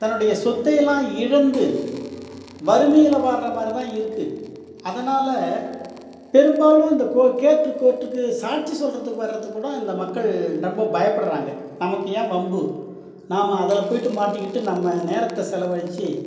தன்னுடைய சொத்தையெல்லாம் இழந்து வறுமையில் வாடுறமாதிரிதான் இருக்குது அதனால் பெரும்பாலும் இந்த கோ கேட்ரு கோர்ட்டுக்கு சாட்சி சொல்கிறதுக்கு வரத்துக்கு கூட அந்த மக்கள் ரொம்ப பயப்படுறாங்க நமக்கு ஏன் வம்பு நாம அதில் போய் மாட்டிக்கிட்டு நம்ம நேரத்தை செலவழித்து